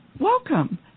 Welcome